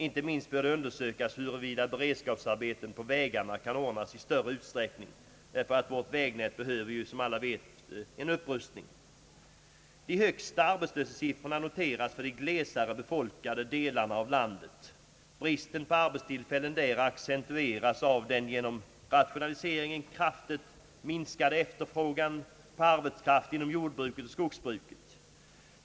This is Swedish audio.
Inte minst bör det undersökas huruvida beredskapsarbeten på vägarna kan ordnas i större omfattning. Vårt vägnät behöver, som alla vet, en upprustning. De högsta arbetslöshetssiffrorna noteras för de glesare befolkade delarna av landet. Bristen på arbetstillfällen där accentueras av den genom rationaliseringen kraftigt minskade efterfrågan på arbetskraft inom jordoch skogsbruket.